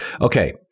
Okay